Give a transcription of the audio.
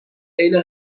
عین